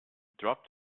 drop